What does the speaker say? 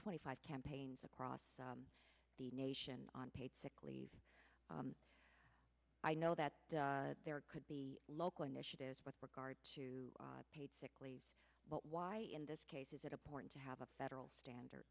twenty five campaigns across the nation on paid sick leave i know that there could be local initiatives with regard to paid sick leave but why in this case is it important to have a federal standard